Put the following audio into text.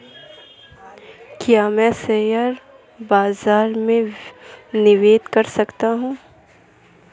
क्या मैं शेयर बाज़ार में निवेश कर सकता हूँ?